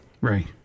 Right